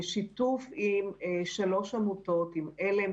בשיתוף עם שלוש עמותות: על"ם,